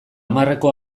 hamarreko